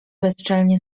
bezczelnie